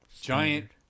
giant